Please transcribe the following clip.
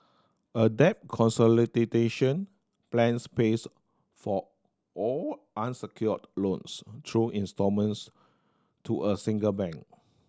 a debt plans pays for all unsecured loans through instalments to a single bank